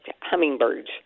hummingbirds